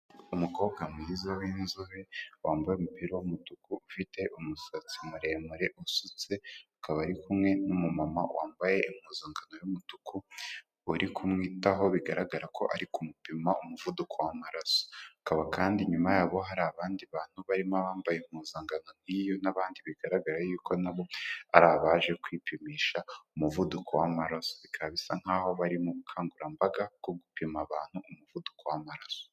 Umukobwa mwiza w'inzobe wambaye umupira wumutuku, ufite umusatsi muremure usutse. Akaba ari kumwe n'umumama wambaye impuzankano y'umutuku uri kumwitaho bigaragara ko ari kumupima umuvuduko w'amaraso. Akaba kandi nyuma yabo hari abandi bantu barimo bambaye impuzankano nk'iyo, n'abandi bigaragara yuko nabo ari abaje kwipimisha umuvuduko w'amararaso. Bikaba bisa nkaho bari mu bukangurambaga bwo gupima abantu umuvuduko w'amaraso.